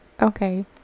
Okay